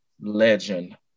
legend